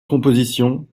compositions